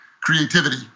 creativity